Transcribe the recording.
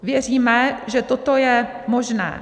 Věříme, že toto je možné.